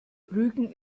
rügen